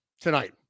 tonight